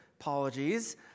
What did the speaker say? Apologies